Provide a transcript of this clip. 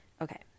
okay